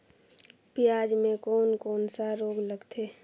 पियाज मे कोन कोन सा रोग लगथे?